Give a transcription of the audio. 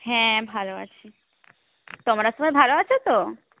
হ্যাঁ ভালো আছি তোমরা সবাই ভালো আছ তো